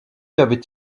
avait